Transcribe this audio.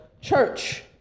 church